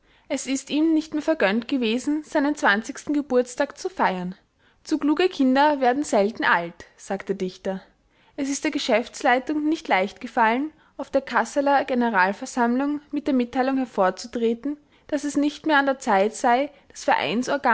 es ist ihm nicht mehr vergönnt gewesen seinen geburtstag zu feiern zu kluge kinder werden selten alt sagt der dichter es ist der geschäftsleitung nicht leicht gefallen auf der kasseler generalversammlung mit der mitteilung hervorzutreten daß es nicht mehr an der zeit sei das